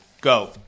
Go